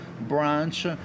branch